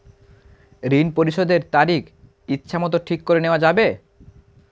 ঋণ পরিশোধের তারিখ ইচ্ছামত ঠিক করে নেওয়া যাবে?